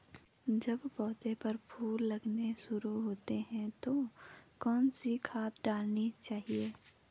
जब पौधें पर फूल लगने शुरू होते हैं तो कौन सी खाद डालनी चाहिए?